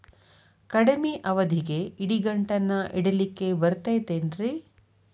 ಕಡಮಿ ಅವಧಿಗೆ ಇಡಿಗಂಟನ್ನು ಇಡಲಿಕ್ಕೆ ಬರತೈತೇನ್ರೇ?